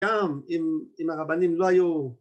‫גם אם הרבנים לא היו...